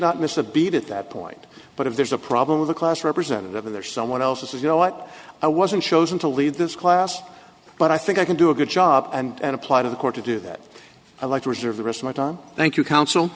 not miss a beat at that point but if there's a problem with a class representative in there someone else is you know what i wasn't chosen to lead this class but i think i can do a good job and apply to the court to do that i'd like to reserve the rest of my time thank you counsel